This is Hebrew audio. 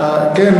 כן,